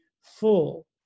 full